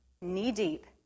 knee-deep